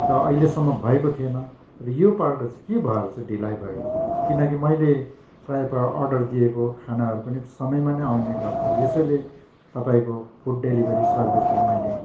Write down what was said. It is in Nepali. त अहिलेसम्म भएको थिएन तर योपल्ट चाहिँ के भएर चाहिँ ढिलाई भयो किनकि मैले प्रायः प्रायः अर्डर दिएको खानाहरू पनि समयमा नै आउने गर्छ यसैले तपाईँको फुड डेलिभरी सर्भिसलाई मैले